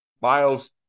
Miles